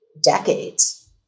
decades